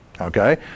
Okay